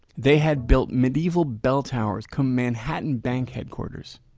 they had built medieval bell towers come manhattan bank headquarters.